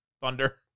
Thunder